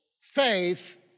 Faith